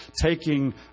taking